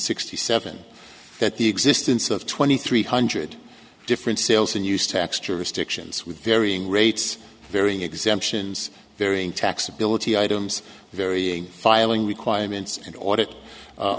sixty seven that the existence of twenty three hundred different sales and used tax jurisdictions with varying rates varying exemptions varying taxability items varying filing requirements and audit